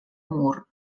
mur